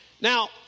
Now